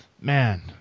man